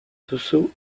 duzu